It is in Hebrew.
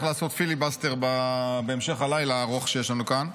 לעשות פיליבסטר בהמשך הלילה הארוך שיש לנו כאן.